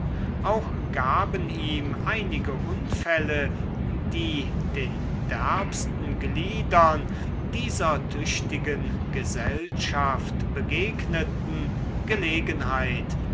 auch gaben ihm einige unfälle die den derbsten gliedern dieser tüchtigen gesellschaft begegneten gelegenheit